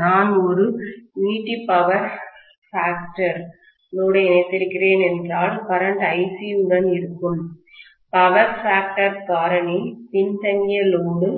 நான் ஒரு unity power பேக்டர்சக்தி காரணி லோடை இணைக்கிறேன் என்றால் கரண்ட் IC யுடன் இருக்கும் பவர் பேக்டர்சக்தி காரணி பின்தங்கிய லோடு